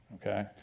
okay